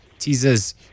Teasers